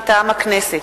מטעם הכנסת: